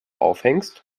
aufhängst